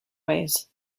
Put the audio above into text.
ways